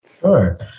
Sure